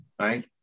right